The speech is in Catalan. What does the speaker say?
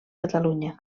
catalunya